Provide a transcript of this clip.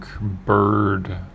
bird